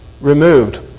removed